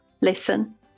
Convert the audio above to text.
listen